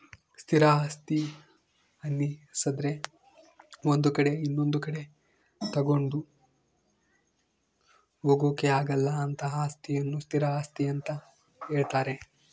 ಸ್ಥಿರ ಆಸ್ತಿ ಅನ್ನಿಸದ್ರೆ ಒಂದು ಕಡೆ ಇನೊಂದು ಕಡೆ ತಗೊಂಡು ಹೋಗೋಕೆ ಆಗಲ್ಲ ಅಂತಹ ಅಸ್ತಿಯನ್ನು ಸ್ಥಿರ ಆಸ್ತಿ ಅಂತ ಹೇಳ್ತಾರೆ